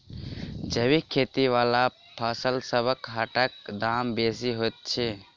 जैबिक खेती बला फसलसबक हाटक दाम बेसी होइत छी